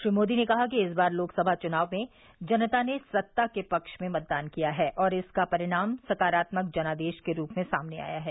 श्री मोदी ने कहा कि इस बार लोकसभा चुनाव में जनता ने सत्ता के पक्ष में मतदान किया है और इसका परिणाम सकारात्मक जनादेश के रूप में सामने आया है